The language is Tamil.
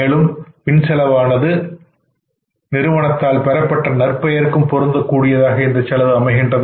மேலும் பின் செலவானது நிறுவனத்தால் பெறப்பட்ட நற்பெயருக்கும் பொருந்தக் கூடியதாக செலவு அமைகின்றது